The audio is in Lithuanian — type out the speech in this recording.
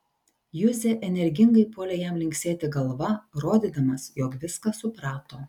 juzė energingai puolė jam linksėti galva rodydamas jog viską suprato